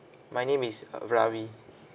my name is uh ravi